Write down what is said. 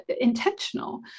intentional